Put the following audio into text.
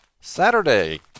Saturday